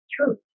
True